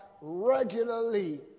regularly